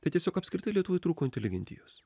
tai tiesiog apskritai lietuvoj trūko inteligentijos